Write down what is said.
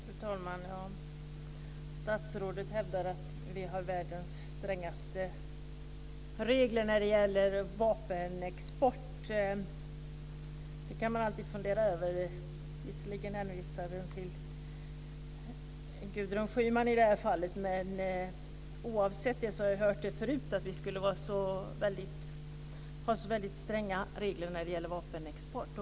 Fru talman! Statsrådet hävdar att vi har världens strängaste regler när det gäller vapenexport. Det kan man alltid fundera över. Visserligen hänvisade han till Gudrun Schyman i detta fall, men oavsett det har vi tidigare hört att vi skulle ha så väldigt stränga regler när det gäller vapenexport.